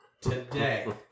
Today